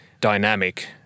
dynamic